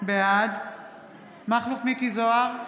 בעד מכלוף מיקי זוהר,